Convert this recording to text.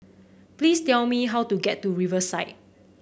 please tell me how to get to Riverside